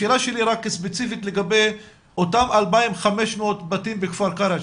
השאלה שלי רק ספציפית לגבי אותם 2,500 בתים בכפר קרע,